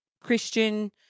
Christian